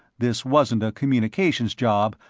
this wasn't a communications job,